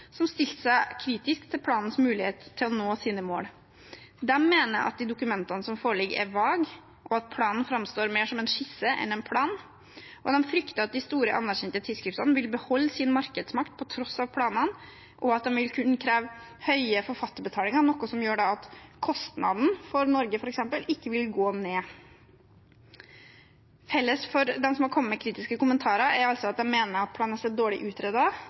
som stilte seg kritisk til planens mulighet til å nå sine mål. De mener at de dokumentene som foreligger, er vage, og at planen framstår mer som en skisse enn en plan. De frykter at de store, anerkjente tidsskriftene vil beholde sin markedsmakt på tross av planene, og at de vil kunne kreve høye forfatterbetalinger, noe som gjør at kostnaden for Norge, f.eks., ikke vil gå ned. Felles for de som har kommet med kritiske kommentarer, er altså at de mener at Plan S er dårlig